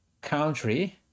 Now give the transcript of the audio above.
country